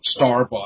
Starbucks